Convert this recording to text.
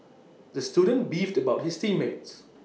the student beefed about his team mates